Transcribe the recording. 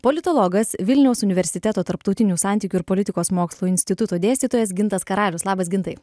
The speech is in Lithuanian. politologas vilniaus universiteto tarptautinių santykių ir politikos mokslų instituto dėstytojas gintas karalius labas gintai